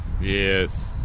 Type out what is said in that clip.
Yes